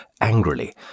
angrily